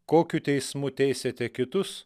kokiu teismu teisiate kitus